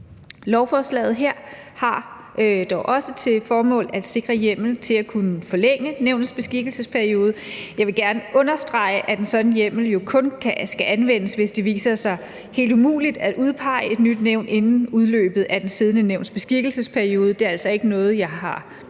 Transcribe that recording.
Lovforslaget her har dog også til formål at sikre hjemmel til at kunne forlænge nævnets beskikkelsesperiode. Jeg vil gerne understrege, at en sådan hjemmel jo kun skal anvendes, hvis det viser sig helt umuligt at udpege et nyt nævn inden udløbet af det siddende nævns beskikkelsesperiode. Det er altså ikke noget, jeg har nogen